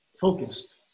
focused